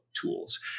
tools